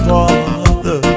Father